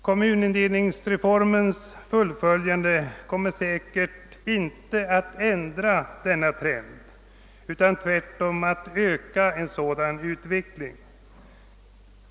Kommun indelningsreformens fullföljande kommer säkerligen inte att ändra denna trend utan tvärtom att påskynda utvecklingen i denna riktning.